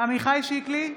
עמיחי שיקלי,